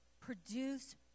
produce